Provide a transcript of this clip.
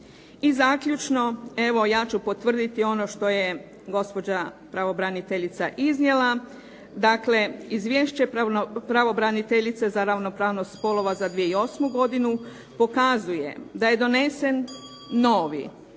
I zaključno, evo ja ću potvrditi ono što je gospođa pravobraniteljica iznijela, dakle, izvješće pravobraniteljice za ravnopravnost spolova za 2008. godinu pokazuje da je donesen novi